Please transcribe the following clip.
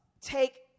take